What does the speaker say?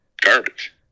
garbage